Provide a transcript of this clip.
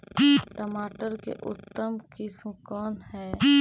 टमाटर के उतम किस्म कौन है?